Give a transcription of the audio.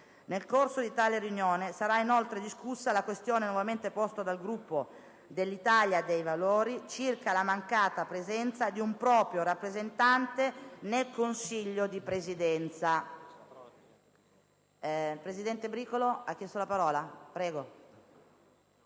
Nel corso di tale riunione sarà inoltre discussa la questione nuovamente posta dal Gruppo dell'Italia dei Valori circa la mancata presenza di un proprio rappresentante nel Consiglio di Presidenza.